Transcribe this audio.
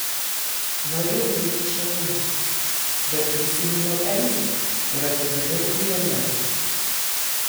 norėjau eiti šalin bet prisiminiau elzę ir atidariau dureles